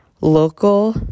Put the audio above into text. local